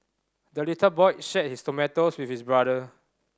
the little boy shared his tomato with his brother